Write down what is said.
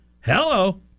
hello